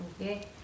Okay